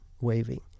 waving